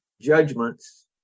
Judgments